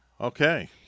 Okay